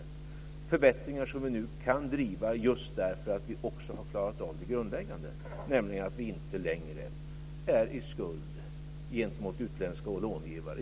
Dessa förbättringar kan vi driva just därför att vi har klarat av det grundläggande: Vi är inte längre i skuld gentemot utländska långivare.